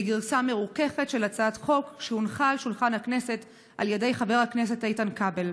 בגרסה מרוככת של הצעת חוק שהונחה על שולחן הכנסת על ידי ח"כ איתן כבל,